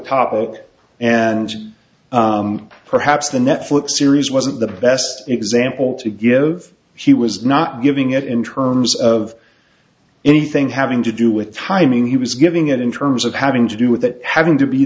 topic and perhaps the netflix series wasn't the best example to give he was not giving it in terms of anything having to do with timing he was giving it in terms of having to do with it having to be